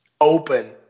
open